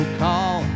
call